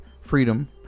freedom